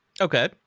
Okay